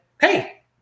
hey